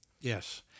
Yes